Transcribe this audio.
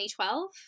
2012